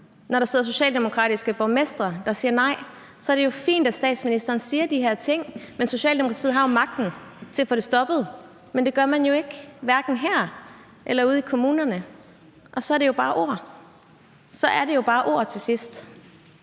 når der sidder socialdemokratiske borgmestre, der siger nej, så er det jo fint, at statsministeren siger de her ting. Men Socialdemokratiet har jo magten til at få det stoppet. Men det gør man jo ikke, hverken her eller ude i kommunerne, og så er det bare ord. Så er det jo bare ord til sidst.